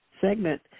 segment